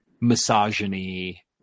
misogyny